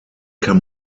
kann